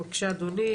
בבקשה אדוני,